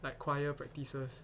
like choir practices